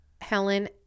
Helen